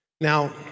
Now